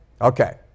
Okay